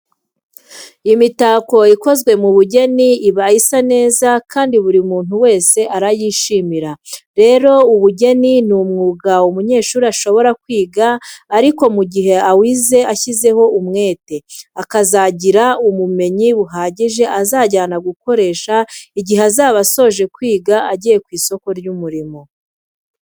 Imitako ikozwe mu bugeni iba isa neza kandi buri muntu wese arayishimira. Rero ubugeni ni umwuga umunyeshuri ashobora kwiga ariko mu gihe awize ashyizeho umwete, akazagira ubumenyi buhagije azajyana gukoresha igihe azaba asoje kwiga agiye ku isoko ry'umurimo.